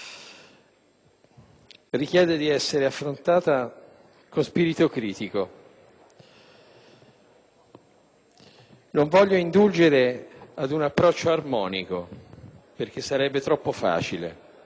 richiede di essere affrontata con spirito critico. Non voglio indulgere ad un approccio armonico perché sarebbe troppo facile.